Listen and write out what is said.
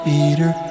eater